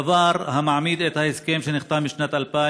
הדבר מעמיד בספק את ההסכם שנחתם בשנת 2000